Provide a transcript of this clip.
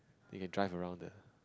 you can drive around there